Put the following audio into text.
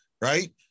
right